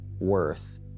worth